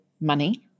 money